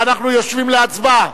ואנחנו יושבים להצבעה.